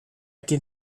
can